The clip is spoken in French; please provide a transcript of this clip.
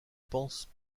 pense